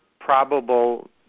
probable